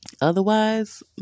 Otherwise